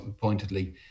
pointedly